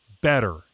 better